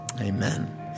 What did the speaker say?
Amen